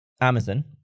Amazon